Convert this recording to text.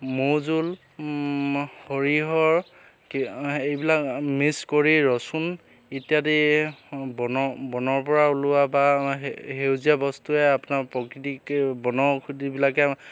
মৌ জোল সৰিয়ঁহৰ এইবিলাক মিক্স কৰি ৰচুন ইত্যাদি বন বনৰ পৰা ওলোৱা বা সেউজীয়া বস্তুৱে আপোনাৰ প্ৰকৃতিকে বনৌষধিবিলাকে